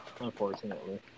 unfortunately